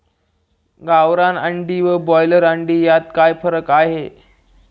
गावरान अंडी व ब्रॉयलर अंडी यात काय फरक आहे?